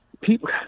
people